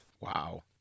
wow